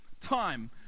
time